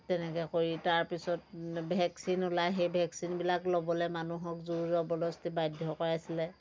তেনেকৈ কৰি তাৰপিছত ভেকচিন ওলাই সেই ভেকচিনবিলাক ল'বলৈ মানুহক জোৰ জবৰদস্তি বাধ্য কৰাইছিলে